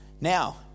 Now